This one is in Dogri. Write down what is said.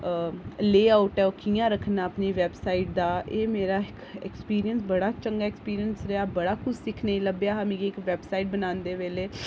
लेऑऊट ऐ कि'यां रक्खना अपनी वैबसाइट दा एह् मेरा इक एक्सपीरियंस बड़ा चंगा एक्सपीरियंस रेहा हा बड़ा किश सिक्खने गी लभेआ हा मिगी इक वैबसाइट बनांदे बेल्लै